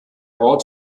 ort